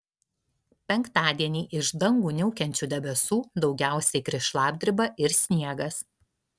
penktadienį iš dangų niaukiančių debesų daugiausiai kris šlapdriba ir sniegas